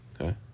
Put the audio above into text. okay